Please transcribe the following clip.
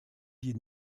die